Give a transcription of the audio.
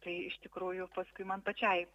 tai iš tikrųjų paskui man pačiai